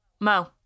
No